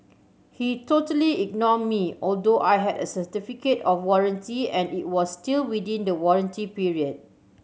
he totally ignored me although I had a certificate of warranty and it was still within the warranty period